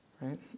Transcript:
Right